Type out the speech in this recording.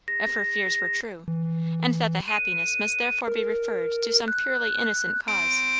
if her fears were true and that the happiness must therefore be referred to some purely innocent cause.